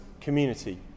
community